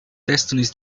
destinies